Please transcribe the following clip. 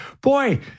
Boy